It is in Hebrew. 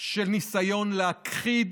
של ניסיון להכחיד